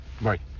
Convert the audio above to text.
Right